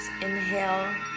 inhale